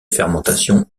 fermentation